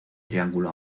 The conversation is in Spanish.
triángulo